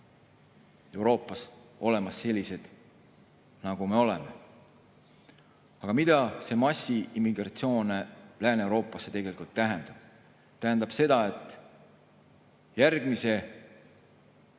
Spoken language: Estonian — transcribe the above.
Euroopas sellised, nagu me oleme. Aga mida see massiimmigratsioon Lääne-Euroopasse tegelikult tähendab? Tähendab seda, et selle